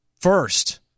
First